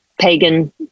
pagan